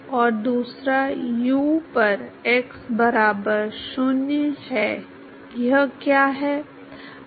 और दूसरा u पर x बराबर 0 है यह क्या है